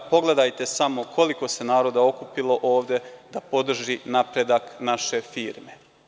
Pogledajte samo koliko se naroda okupilo ovde da podrži napredak naše firme“